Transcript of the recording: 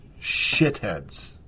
shitheads